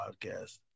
podcast